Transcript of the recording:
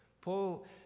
Paul